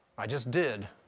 i just did.